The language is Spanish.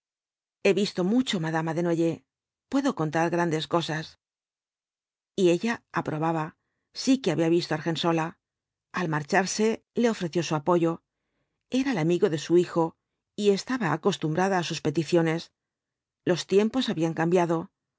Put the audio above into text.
he visto mucho madama desnoyers puedo contar grandes cosas y ella aprobaba sí que había visto argensola al marcharse le ofreció su apoyo era el amigo de su hijo y estaba acostumbrada á sus peticiones los tiempos habían cambiado